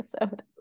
episode